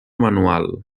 manual